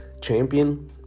champion